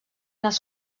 els